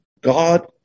God